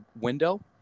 window